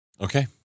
Okay